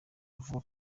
avuga